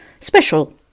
special